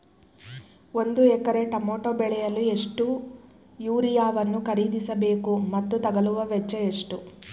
ಒಂದು ಎಕರೆ ಟಮೋಟ ಬೆಳೆಯಲು ಎಷ್ಟು ಯೂರಿಯಾವನ್ನು ಖರೀದಿಸ ಬೇಕು ಮತ್ತು ತಗಲುವ ವೆಚ್ಚ ಎಷ್ಟು?